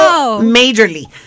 majorly